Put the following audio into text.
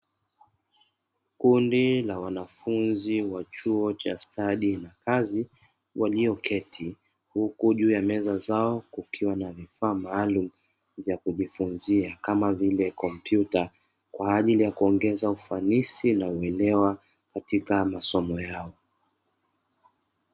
Kundi la wanafunzi wa chuo cha stadi na kazi walioketi huku kwenye meza zao kukiwa na vifaa maalumu vya kujifunzia kama vile kompyuta, kwa ajili ya kuongeza ufanisi na uelewa katika masomo yao.